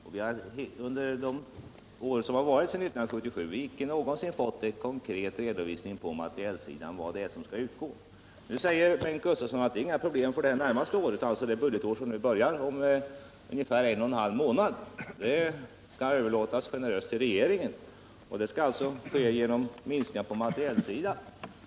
Och under de år som varit sedan 1977 har vi icke någonsin fått en konkret redovisning av vad som skall utgå på materielsidan. Nu säger Bengt Gustavsson att detta inte är något problem för det närmaste året, alltså det budgetår som börjar om ungefär en och en halv månad. Det hela skall generöst överlåtas åt regeringen, och det skall alltså ske en minskning på materielsidan.